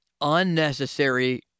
unnecessary